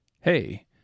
hey